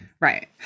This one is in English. Right